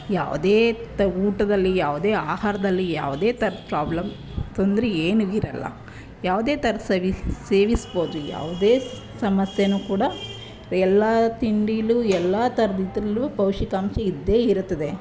ಯಾವುದೇ ಊಟದಲ್ಲಿ ಯಾವುದೇ ಆಹಾರದಲ್ಲಿ ಯಾವುದೇ ಥರದ ಪ್ರಾಬ್ಲಮ್ ತೊಂದರೆ ಏನೂ ಇರೋಲ್ಲ ಯಾವುದೇ ಥರದ ಸವಿ ಸೇವಿಸ್ಬೋದು ಯಾವುದೇ ಸಮಸ್ಯೆನೂ ಕೂಡ ಎಲ್ಲ ತಿಂಡಿಲೂ ಎಲ್ಲ ಥರದ ಇದರಲ್ಲೂ ಪೌಷ್ಟಿಕಾಂಶ ಇದ್ದೇ ಇರುತ್ತದೆ